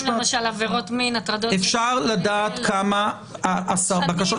אפשר לדעת כמה בקשות?